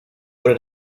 wurde